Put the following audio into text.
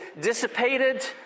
dissipated